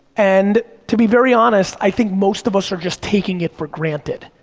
and to be very honest, i think most of us are just taking it for granted.